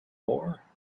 war